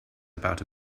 about